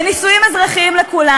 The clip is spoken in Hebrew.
לנישואים אזרחיים לכולם.